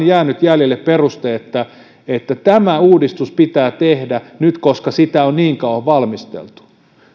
jäänyt jäljelle vain peruste että että tämä uudistus pitää tehdä nyt koska sitä on niin kauan valmisteltu